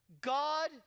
God